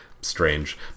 strange